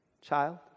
child